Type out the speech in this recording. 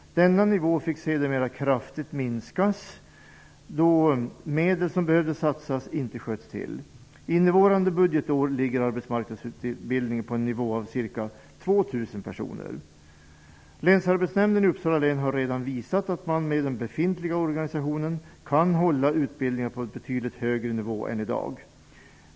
Denna nivå fick sedermera kraftigt minskas då de medel som behövde satsas inte sköts till. Innevarande budgetår ligger arbetsmarknadsutbildningen på en nivå av ca 2 000 Länsarbetsnämnden i Uppsala län har redan visat att man med den befintliga organisationen kan hålla utbildningar för betydligt fler personer än i dag.